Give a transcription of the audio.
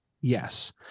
Yes